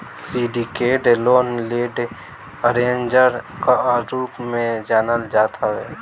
syndicated loan lead arrangers कअ रूप में जानल जात हवे